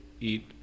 eat